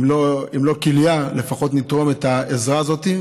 אם לא כליה, לפחות נתרום את העזרה הזאת.